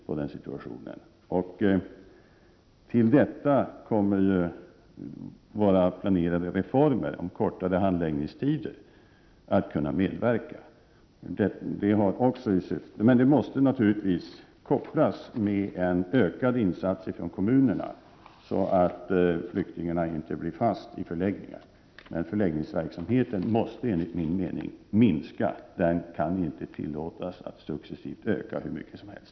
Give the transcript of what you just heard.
Sedan tillkommer de planerade reformerna om kortare handläggningstider att kunna medverka till att situationen ljusnar. Men dessa reformer måste kopplas ihop med en ökad insats från kommunerna, så att flyktingarna inte blir kvar i förläggningar. Men förläggningsverksamheten måste, enligt min mening, minska. Den kan inte tillåtas att successivt öka hur mycket som helst.